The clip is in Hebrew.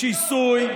בשיסוי,